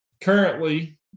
Currently